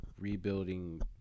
rebuilding